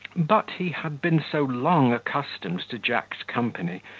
but he had been so long accustomed to jack's company,